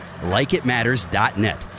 LikeItMatters.net